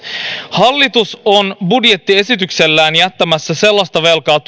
hallitus on budjettiesityksellään jättämässä tuleville vuosille sellaista velkaa